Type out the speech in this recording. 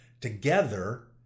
together